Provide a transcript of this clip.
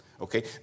okay